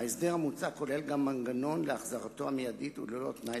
ההסדר המוצע כולל גם מנגנון להחזרתו המיידית וללא תנאי